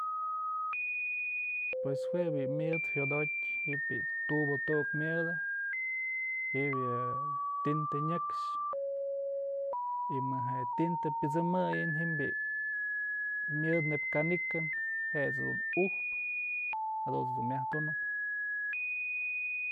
Pues jue bi'i myëd jyodotyë tubë tuk myëdë jybyë tintë nyëkxë y maje tintë pyësëmëyën ji'im myëdë neyb canica je'e dun ujpë jadunt's dun myaj tunëp.